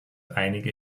einige